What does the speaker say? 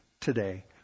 today